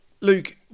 Luke